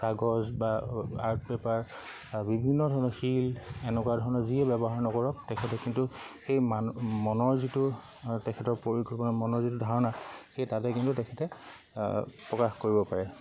কাগজ বা art paper বিভিন্ন ধৰণৰ শিল এনেকুৱা ধৰণৰ যিয়ে ব্যৱহাৰ নকৰক তেখেতে কিন্তু সেই মান মনৰ যিটো তেখেতৰ প্ৰয়োগ মনৰ যিটো ধাৰণা সেই তাতে কিন্তু তেখেতে প্ৰকাশ কৰিব পাৰে